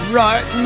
right